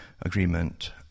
agreement